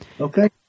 Okay